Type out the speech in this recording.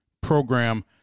program